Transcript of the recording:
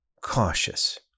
cautious